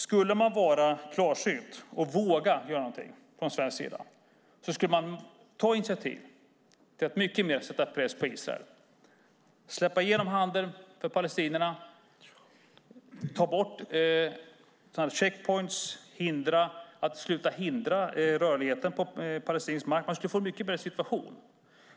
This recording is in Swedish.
Skulle vi i Sverige vara klarsynta och våga göra någonting skulle vi ta initiativ för att sätta mycket mer press på Israel, släppa igenom handeln för palestinierna, ta bort checkpoints och sluta förhindra rörligheten på palestinsk mark. Man skulle få en mycket bättre situation.